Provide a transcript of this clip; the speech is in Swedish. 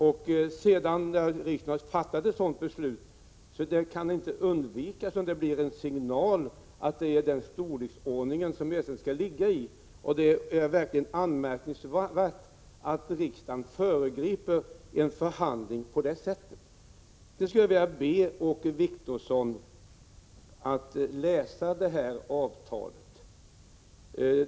När riksdagen fattat ett sådant beslut kan det inte undvikas att det blir en signal om att det är i den storleksordningen ersättningen skall ligga. Det är verkligen anmärkningsvärt att riksdagen föregriper en förhandling på det sättet. Sedan skulle jag vilja be Åke Wictorsson att läsa avtalet.